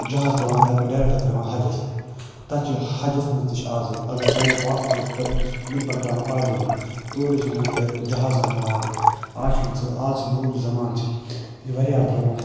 جہاز تُلان تتہِ پٮ۪ٹھ ڈریکٹ تران حجس تَتہِ چھُ حَجس منٛز تہِ چھُ آزٕ اگر واپس اوس پٮ۪وان پیدٔلۍ یُن تور ٲسۍ اِیر جہاز اَنان واپس آز چھُنہٕ سُہ آز نوٚو زمان چھُ یہِ وارِیاہ برونٹھ